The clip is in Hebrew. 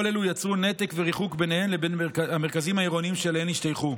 כל אלה יצרו נתק וריחוק ביניהן לבין המרכזים העירוניים שאליהן השתייכו.